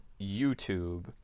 YouTube